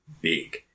big